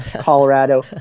Colorado